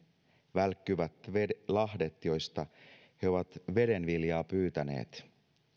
välkkyvät lahdet joista he ovat vedenviljaa pyytäneet